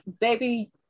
baby